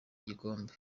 igikombe